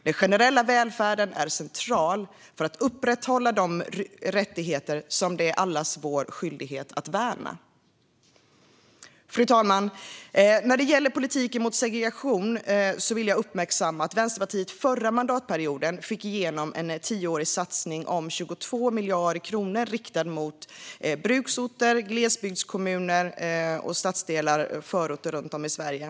Den generella välfärden är central för att upprätthålla de rättigheter som det är allas vår skyldighet att värna. Fru talman! När det gäller politiken mot segregation vill jag uppmärksamma att Vänsterpartiet förra mandatperioden fick igenom en tioårig satsning om 22 miljarder kronor riktad mot bruksorter, glesbygdskommuner, stadsdelar och förorter runt om i Sverige.